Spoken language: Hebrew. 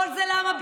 כל זה למה?